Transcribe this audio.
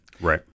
Right